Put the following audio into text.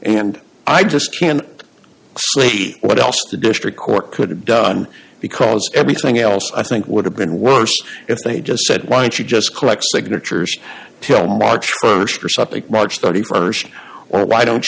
and i just can't see what else the district court could have done because everything else i think would have been worse if they just said why didn't you just collect signatures till march march st or why don't